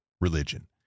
religion